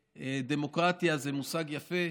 שדמוקרטיה זה מושג יפה,